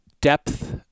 depth